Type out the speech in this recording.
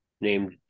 Named